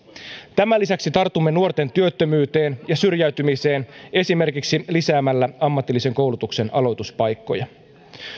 tämän lisäksi tartumme nuorten työttömyyteen ja syrjäytymiseen esimerkiksi lisäämällä ammatillisen koulutuksen aloituspaikkoja